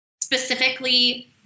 specifically